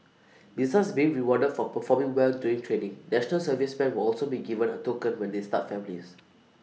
besides being rewarded for performing well during training National Serviceman will also be given A token when they start families